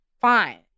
Fine